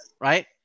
right